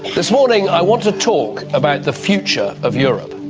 this morning i want to talk about the future of europe.